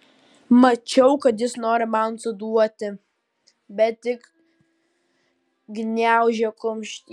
mačiau kad jis nori man suduoti bet tik gniaužė kumštį